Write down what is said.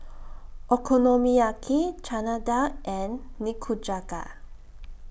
Okonomiyaki Chana Dal and Nikujaga